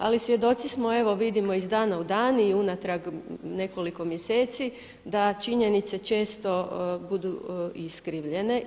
Ali svjedoci smo evo vidimo iz dana u dan i unatrag nekoliko mjeseci da činjenice često budu iskrivljene.